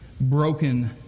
broken